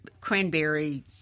cranberry